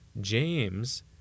James